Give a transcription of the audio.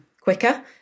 Quicker